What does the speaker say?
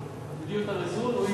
לכן הסעיפים הנכונים הם חינוך,